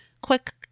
Quick